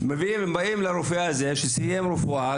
מגיעים לרופא הזה שסיים רפואה,